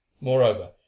moreover